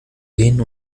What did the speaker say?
gehen